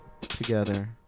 together